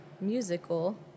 musical